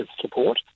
support